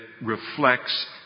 reflects